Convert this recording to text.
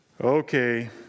okay